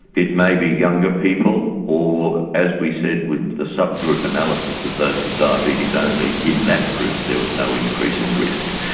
it may be younger people or, as we said with the sub-group analysis of those with diabetes only, in that group there was no increase in risk.